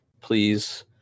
please